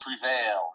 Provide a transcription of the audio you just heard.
prevail